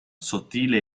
sottile